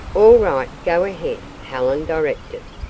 all right, go ahead, helen directed.